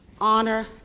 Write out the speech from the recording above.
honor